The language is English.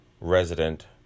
resident